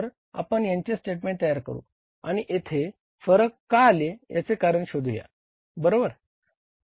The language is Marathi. तर आपण यांचे स्टेटमेंट तयार करू आणि येथे हे फरक का आले याचे कारण शोधूया बरोबर